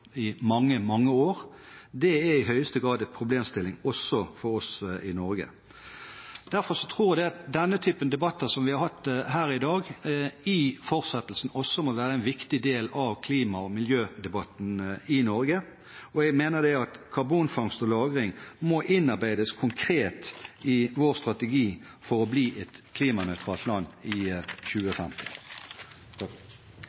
i mange, mange år, er i høyeste grad en problemstilling også for oss i Norge. Derfor tror jeg at den typen debatter som vi har hatt her i dag, også i fortsettelsen må være en viktig del av klima- og miljødebatten i Norge, og jeg mener at karbonfangst og -lagring må innarbeides konkret i vår strategi for å bli et klimanøytralt land i 2050.